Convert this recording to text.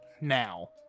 now